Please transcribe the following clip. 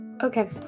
Okay